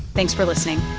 thanks for listening